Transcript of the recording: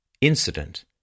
incident